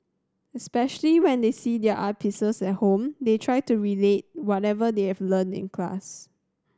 especially when they see their art pieces at home they try to relate whatever they have learnt in the class